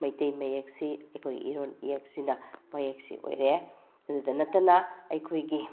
ꯃꯩꯇꯩ ꯃꯌꯦꯛꯁꯤ ꯑꯩꯈꯣꯏ ꯏꯔꯣꯜ ꯏꯌꯦꯛꯁꯤꯅ ꯃꯌꯦꯛꯁꯤ ꯑꯣꯏꯔꯦ ꯑꯗꯨꯗ ꯅꯠꯇꯅ ꯑꯩꯈꯣꯏꯒꯤ